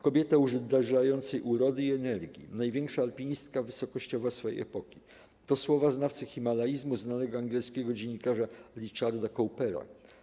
Kobieta uderzającej urody i energii, największa alpinistka wysokościowa swojej epoki' - to słowa znawcy himalaizmu, znanego angielskiego dziennikarza Richarda Cowpera.